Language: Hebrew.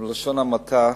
בלשון המעטה.